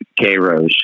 K-Rose